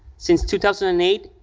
since two thousand and eight,